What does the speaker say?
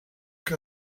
que